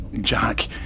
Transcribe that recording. Jack